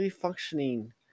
functioning